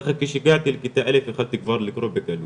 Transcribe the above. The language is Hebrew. ככה שהגעתי לכיתה א' יכולתי כבר לקרוא בקלות,